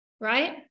right